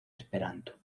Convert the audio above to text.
esperanto